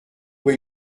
quoi